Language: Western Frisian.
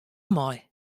mei